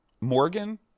morgan